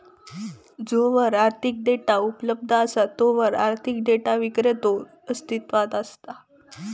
जोवर आर्थिक डेटा उपलब्ध असा तोवर आर्थिक डेटा विक्रेतो अस्तित्वात असता